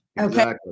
okay